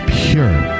pure